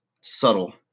subtle